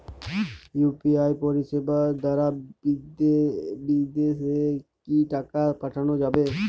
UPI পরিষেবা দারা বিদেশে কি টাকা পাঠানো যাবে?